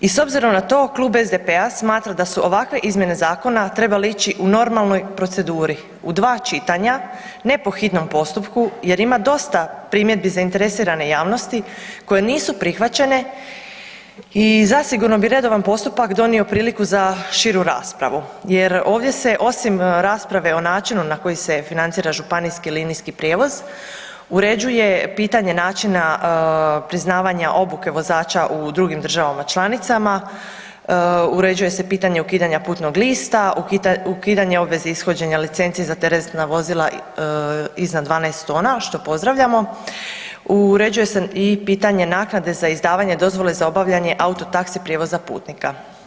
I s obzirom na to Klub SDP-a smatra da su ovakve izmjene zakona trebale ići u normalnoj proceduri, u dva čitanja, ne po hitnom postupku jer ima dosta primjedbi zainteresirane javnosti koje nisu prihvaćene i zasigurno bi redovan postupak donio priliku za širu raspravu jer ovdje se osim rasprave o načinu na koji se financira županijski linijski prijevoz uređuje pitanje načina priznavanja obuke vozača u drugim državama članicama, uređuje se pitanje ukidanja putnog lista, ukidanje obveze ishođenja licence za teretna vozila iznad 12 tona, što pozdravljamo, uređuje se i pitanje naknade za izdavanje dozvole za obavljanje auto taxi prijevoza putnika.